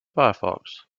firefox